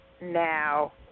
now